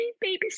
baby